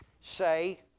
say